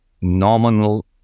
nominal